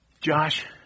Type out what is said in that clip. Josh